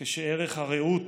כשערך הרעות